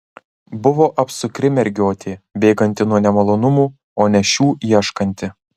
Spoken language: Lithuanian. buvo apsukri mergiotė bėganti nuo nemalonumų o ne šių ieškanti